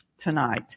tonight